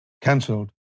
cancelled